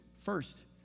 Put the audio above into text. First